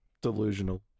delusional